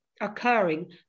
occurring